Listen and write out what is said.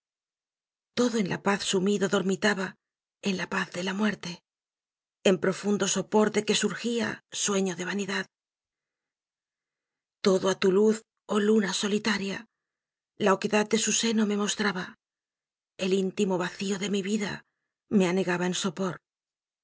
todo en la paz sumido dormitaba en la paz de la muerte en profundo sopor de que surgía sueño de vanidad todo á tu luz oh luna solitaria la oquedad de su seno me mostraba el íntimo vacío de mi vida me anegaba en sopor